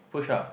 push up